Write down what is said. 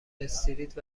استریت